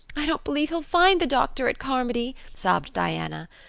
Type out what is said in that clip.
i don't believe he'll find the doctor at carmody, sobbed diana.